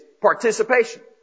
participation